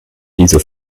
diese